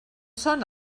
són